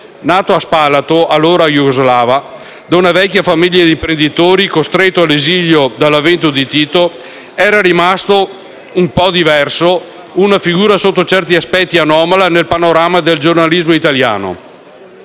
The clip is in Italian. nato a Spalato, allora jugoslava, da una vecchia famiglia di imprenditori, costretto all'esilio dall'avvento di Tito, era rimasto un po' un diverso, una figura sotto certi aspetti anomala nel panorama del giornalismo italiano.